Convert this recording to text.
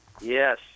Yes